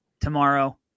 tomorrow